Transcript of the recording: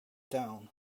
down